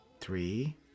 Three